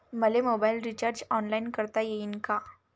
मले mobile recharge online करता येईन का?